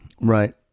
Right